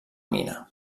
mina